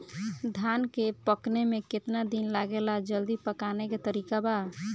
धान के पकने में केतना दिन लागेला जल्दी पकाने के तरीका बा?